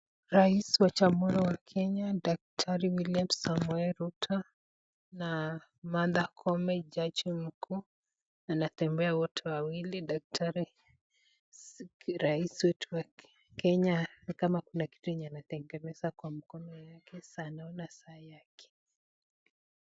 Rais wa jamuhuri wa kenya daktari William Samoei Ruto na Martha Koome jaji mkuu wanatembea wote wawili ,daktari rais wetu wa kenya ni kama kuna kitu yenye anatengeneza kwa mkono wake naona saa yake.